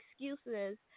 excuses